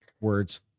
Words